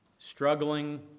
struggling